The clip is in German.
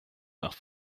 nach